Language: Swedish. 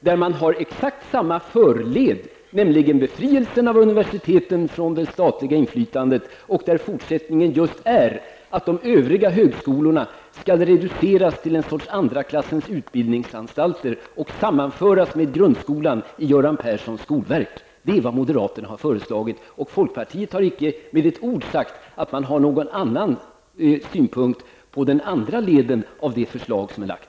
Där har man exakt samma förled, nämligen befrielsen av universiteten från det statliga inflytandet, där fortsättningen just är att de övriga högskolorna skulle reduceras till en sorts andra klassens utbildningsanstalter och samordnas med grundskolan i Göran Perssons skolverk. Det är vad moderaterna har föreslagit. Folkpartisterna har icke med ett ord sagt att de har någon annan synpunkt på den andra leden av det förslag som är lagt.